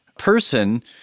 person